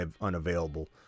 unavailable